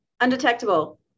Undetectable